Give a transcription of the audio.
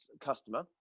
customer